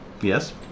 Yes